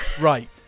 Right